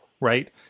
right